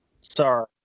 Sorry